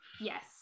Yes